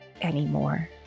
anymore